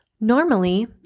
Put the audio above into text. normally